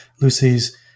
Lucy's